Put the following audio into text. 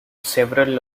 several